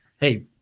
Hey